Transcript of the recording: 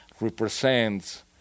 represents